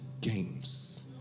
games